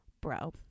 bro